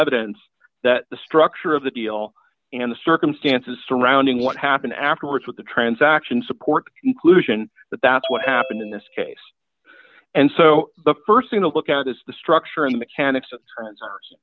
evidence that the structure of the deal and the circumstances surrounding what happened afterwards with the transaction support conclusion that that's what happened in this case and so the st thing to look at is the structure and mechanics of transfers